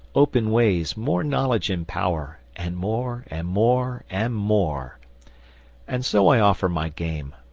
open ways, more knowledge and power, and more and more and more and so i offer my game,